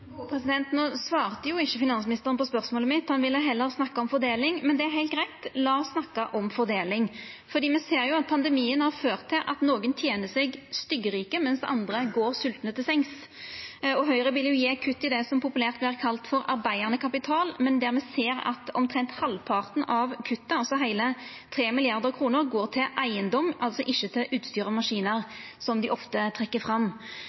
på spørsmålet mitt. Han ville heller snakka om fordeling. Det er heilt greitt. La oss snakka om fordeling. Me ser at pandemien har ført til at nokre tener seg styggrike, mens andre går svoltne til sengs. Høgre vil gje kutt i det som populært vert kalla arbeidande kapital, men der me ser at omtrent halvparten av kutta, altså heile 3 mrd. kr, går til eigedom, altså ikkje til utstyr og maskinar, som dei ofte trekkjer fram.